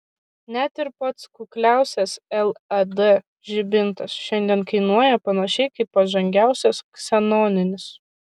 net ir pats kukliausias led žibintas šiandien kainuoja panašiai kaip pažangiausias ksenoninis